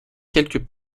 quelque